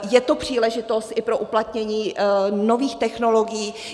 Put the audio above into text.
Je to příležitost i pro uplatnění nových technologií.